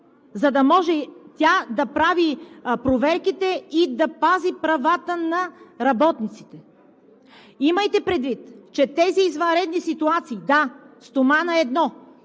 за да може тя да прави проверките и да пази правата на работниците. Имайте предвид, че тези извънредни ситуации – да, стоманата е едно,